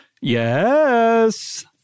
Yes